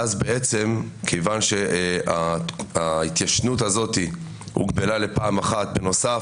ואז בעצם כיוון שההתיישנות הזאת הוגבלה לפעם אחת בנוסף